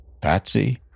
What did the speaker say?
patsy